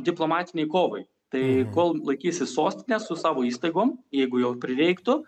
diplomatinei kovai tai kol laikysis sostinė su savo įstaigom jeigu jau prireiktų